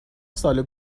سال